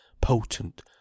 potent